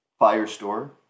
Firestore